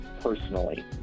personally